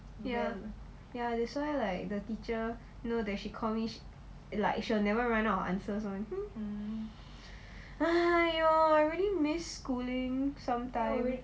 ya that's why like the teacher she call me she like she will never run out of answers one !haiyo! I really miss schooling sometimes